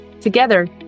Together